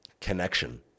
Connection